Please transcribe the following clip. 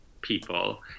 people